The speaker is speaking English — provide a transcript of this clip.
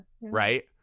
Right